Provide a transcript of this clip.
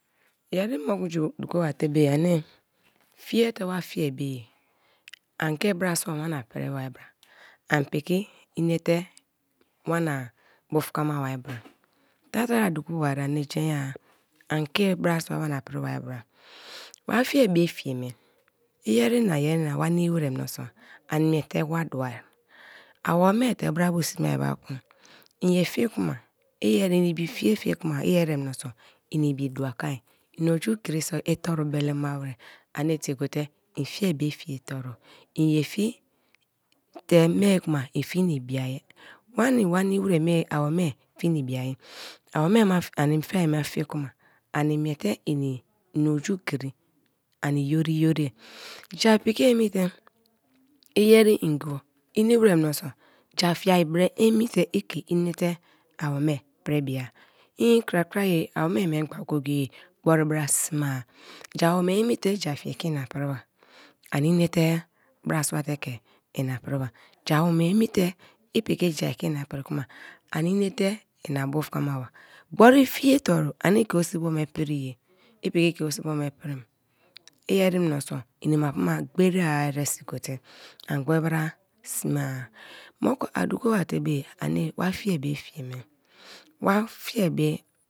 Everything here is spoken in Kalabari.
Yeri moku moju duko mate meyi ani fie te wa fie me ye an ke brasi wana pri ba bra an piki inate wann buf kama bai bra. Tatari a duko barie ani jen ye-a an ke brasun wana pri ba bra, wa fiear be fieme i yeri na yeri na yerina wa nini wer mioso an miete wa dua awome te bra bo sme ba apu ien ye fie kuma iyeri, ini ibi fie kuma iyeri menso ibi due kon ina oju kri so itoru belema m ani tie gote en fie be fia tone en ye fie te mie kuma en fie na ibiai fie nibiai awome ma ani fiai ba fie kuma ani miete ini ani oju kri ani yori yori, ja piki emi te iyeri ngboi nimi wer menso ja fiai bra emitevike inete awome pri bia een krakraye awome memgba go gos agbor bra sme-a ja awome emite ija fie kena priba aninate brasua te ke ina pri ba aninate brasua te ke ina pri kuma animate ina bufkamaba gbori fie toru ani ke o sibo me premi iyerimeso ina ma pu ma gberie ersi gote an gbor bra sme-a, ma ke a duko bate ma ye ani wa fiai be fieme wa fiebe.